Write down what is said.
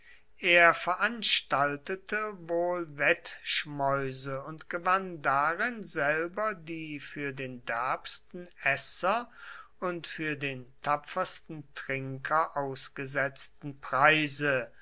er veranstaltete wohl wettschmäuse und gewann darin selber die für den derbsten esser und für den tapfersten trinker ausgesetzten preise